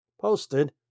posted